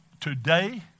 today